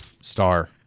Star